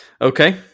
Okay